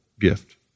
gift